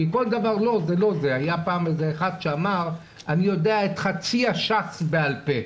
היה אחד שאמר 'אני יודע את חצי הש"ס בעל פה'.